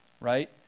right